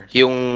yung